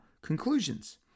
conclusions